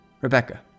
Rebecca